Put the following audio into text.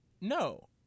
No